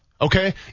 okay